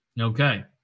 Okay